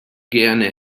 gerne